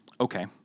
Okay